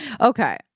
okay